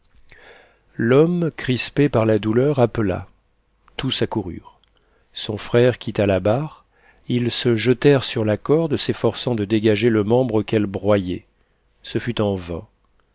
l'homme crispé par la douleur appela tous accoururent son frère quitta la barre ils se jetèrent sur la corde s'efforçant de dégager le membre qu'elle broyait ce fut en vain